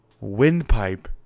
windpipe